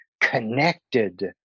connected